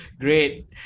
Great